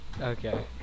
Okay